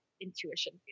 intuition